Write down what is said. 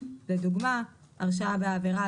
לדוגמא: הרשעה בעבירה,